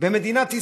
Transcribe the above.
במדינת ישראל,